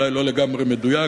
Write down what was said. אולי לא לגמרי מדויק,